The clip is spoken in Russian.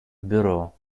бюро